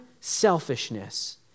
selfishness